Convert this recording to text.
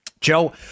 Joe